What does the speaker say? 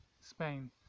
Spain